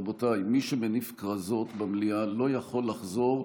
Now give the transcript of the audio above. רבותיי, מי שמניף כרזות במליאה לא יכול לחזור,